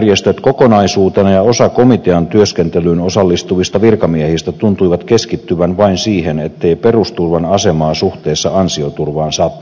työmarkkinajärjestöt kokonaisuutena ja osa komitean työskentelyyn osallistuvista virkamiehistä tuntuivat keskittyvän vain siihen ettei perusturvan asemaa suhteessa ansioturvaan saanut parantaa